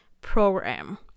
program